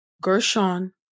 Gershon